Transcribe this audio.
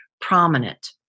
prominent